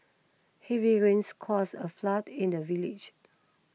heavy rains cause a flood in the village